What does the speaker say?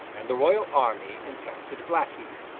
and the royal army encamped at blackheath.